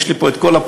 יש לי פה כל הפרטים,